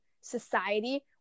society